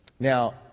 Now